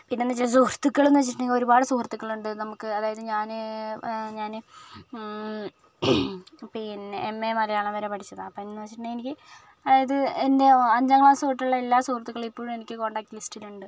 പിന്നെന്ന് വെച്ചാൽ സുഹൃത്തുക്കൾ എന്ന് വെച്ചിട്ടുണ്ടെങ്കിൽ ഒരുപാട് സുഹൃത്തുക്കളുണ്ട് നമുക്ക് അതായത് ഞാന് ഞാന് പിന്നെ എം എ മലയാളം വരെ പഠിച്ചതാണ് അപ്പോഴെന്ന് വെച്ചിട്ടുണ്ടെങ്കിൽ എനിക്ക് അതായത് എൻ്റെ അഞ്ചാം ക്ലാസ് തൊട്ടുള്ള എല്ലാ സുഹൃത്തുക്കളും ഇപ്പോഴും എനിക്ക് കോൺടാക്ട് ലിസ്റ്റിലുണ്ട്